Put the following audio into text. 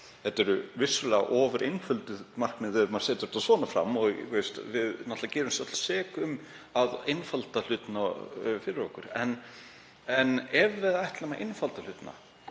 Þetta eru vissulega ofureinfölduð markmiðið ef maður setur þetta svona fram og við gerumst öll sek um að einfalda hlutina fyrir okkur en ef við ætlum að einfalda hlutina,